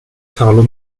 carlo